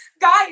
Guys